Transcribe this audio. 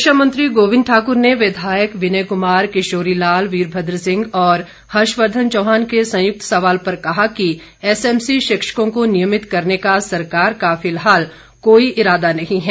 शिक्षा मंत्री गोविंद ठाकुर ने विधायक विनय कुमार किशोरी लाल वीरभद्र सिंह और हर्षवर्धन चौहान के संयुक्त सवाल पर कहा कि एसएमसी शिक्षकों को नियमित करने का सरकार का फिलहाल कोई इरादा नहीं है